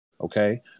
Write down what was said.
okay